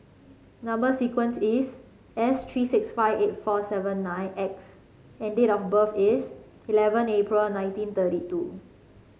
number sequence is S three six five eight four seven nine X and date of birth is eleven April nineteen thirty two